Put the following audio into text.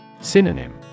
Synonym